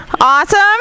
Awesome